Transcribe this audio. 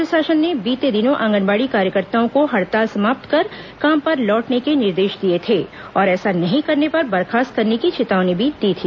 राज्य शासन ने बीते दिनों आगनबाड़ी कार्यकर्ताओं को हड़ताल समाप्त कर काम पर लौटने के निर्देश दिए थे और ऐसा नहीं करने पर बर्खास्त करने की चेतावनी भी दी थी